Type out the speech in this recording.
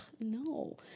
no